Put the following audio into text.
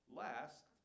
last